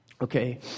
okay